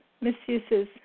misuses